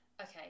okay